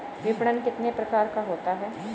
विपणन कितने प्रकार का होता है?